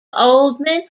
oldham